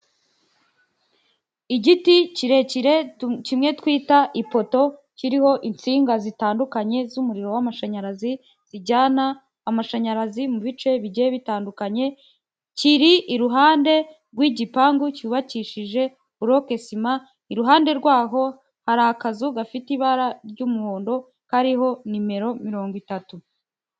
Igiti kirekire kimwe twita ipoto, kiriho insinga zitandukanye z'umuriro w'amashanyarazi zijyana amashanyarazi mu bice bigiye bitandukanye, kiri iruhande rw'igipangu cyubakishije buroke sima, iruhande rwaho hari akazu gafite ibara ry'umuhondo kariho nimero mirongo itatu.